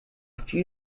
few